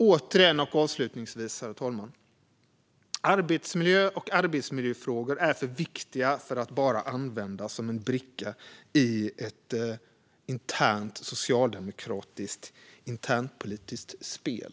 Återigen och avslutningsvis, herr talman: Arbetsmiljöfrågor är för viktiga för att bara användas som en bricka i ett socialdemokratiskt internpolitiskt spel.